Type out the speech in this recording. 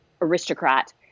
aristocrat